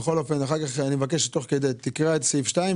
במקום פעילות קואליציונית שחשבו לקדם בשלב מסוים,